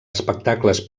espectacles